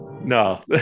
No